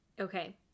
Okay